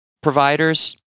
providers